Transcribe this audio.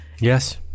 Yes